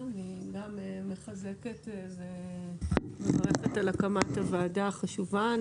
אני מחזקת ומברכת על הקמת הוועדה החשובה.